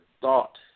thought